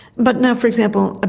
but now for example, ah